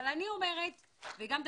אבל אני אומרת וגם אתה,